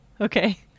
Okay